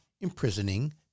imprisoning